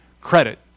Credit